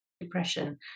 depression